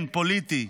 כן, פוליטי.